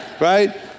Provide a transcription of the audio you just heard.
right